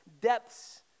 depths